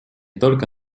только